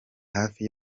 hafi